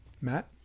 matt